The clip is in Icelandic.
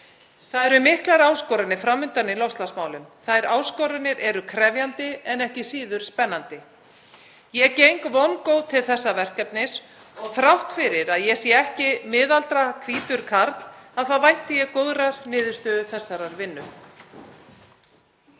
Það eru miklar áskoranir fram undan í loftslagsmálum. Þær áskoranir eru krefjandi en ekki síður spennandi. Ég geng vongóð til þessa verkefnis og þrátt fyrir að ég sé ekki miðaldra hvítur karl þá vænti ég góðrar niðurstöðu þessarar vinnu.